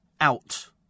out